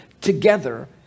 together